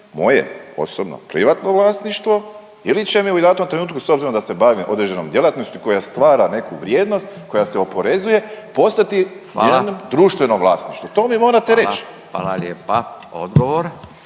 moje osobno, privatno vlasništvo ili će mi u datom trenutku s obzirom da se bavim određenom djelatnosti koja stvara neku vrijednost, koja se oporezuje postati … …/Upadica Furio Radin: Hvala./… … odjednom